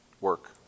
work